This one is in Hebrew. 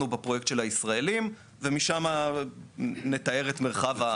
בפרויקט של הישראלים ומשם נתאר את מרחב האחריות.